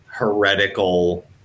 heretical